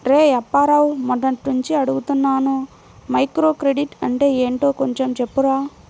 రేయ్ అప్పారావు, మొన్నట్నుంచి అడుగుతున్నాను మైక్రోక్రెడిట్ అంటే ఏంటో కొంచెం చెప్పురా